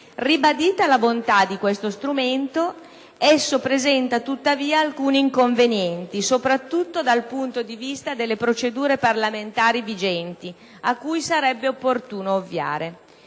Ribadita la bontà di questo strumento, esso presenta tuttavia alcuni inconvenienti, soprattutto dal punto di vista delle procedure parlamentari vigenti, a cui sarebbe opportuno ovviare.